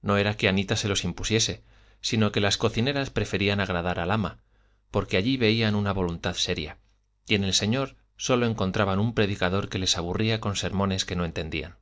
no era que anita se los impusiese sino que las cocineras preferían agradar al ama porque allí veían una voluntad seria y en el señor sólo encontraban un predicador que les aburría con sermones que no entendían